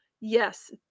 yes